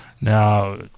Now